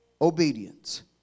obedience